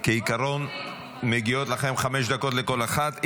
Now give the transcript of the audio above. כעיקרון, מגיעות לכן חמש דקות לכל אחת.